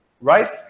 right